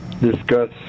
discuss